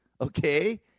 okay